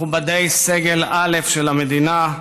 מכובדי סגל א' של המדינה,